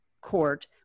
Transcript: court